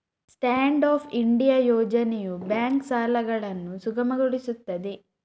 stand up India ಯೋಜನೆಯು bank ಸಾಲಗಳನ್ನು ಸುಗಮಗೊಳಿಸುತ್ತದೆ